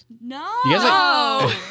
No